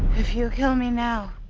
if you kill me now.